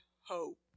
hope